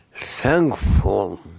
Thankful